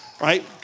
Right